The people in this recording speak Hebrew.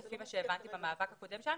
לפי מה שהבנתי במאבק הקודם כאן.